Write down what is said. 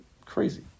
crazy